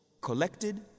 Collected